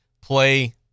play